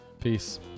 Peace